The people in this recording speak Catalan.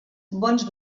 bons